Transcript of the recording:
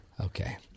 Okay